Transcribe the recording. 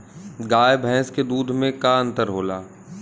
गाय भैंस के दूध में का अन्तर होला?